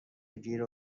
گیر